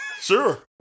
Sure